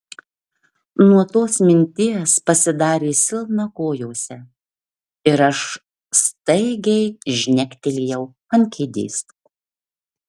nuo tos minties pasidarė silpna kojose ir aš staigiai žnektelėjau ant kėdės